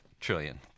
Trillion